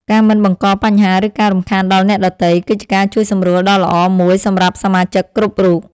ការមិនបង្កបញ្ហា ឬការរំខានដល់អ្នកដទៃ គឺជាការជួយសម្រួលដ៏ល្អមួយសម្រាប់សមាជិកគ្រប់រូប។